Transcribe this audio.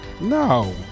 No